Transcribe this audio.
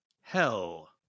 Hell